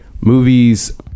movies